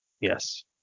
yes